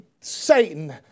Satan